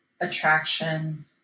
attraction